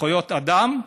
זכויות אדם,